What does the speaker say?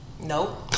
Nope